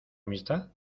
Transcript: amistad